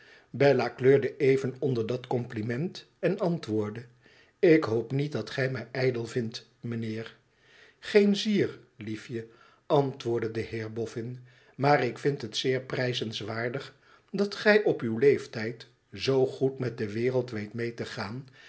bella kleurde even onder dat compliment en antwoordde ik hoop niet dat gij mij ijdel vind mijnheer geen zier liefje antwoordde de heerbofhn maar ik vind het zeer prijzenswaardig dat gij op uw leeftijd zoo goed met de wereld weet mee te gaan